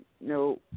no